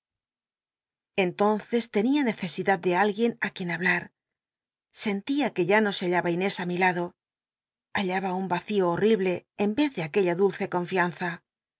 entonces tenia necesidad de alguien á t uicn hablar sen tia que ya no se hallaba inés á mi lado hallaba un acio hol'l'iblc en rcz de aquella dulce confianza